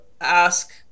ask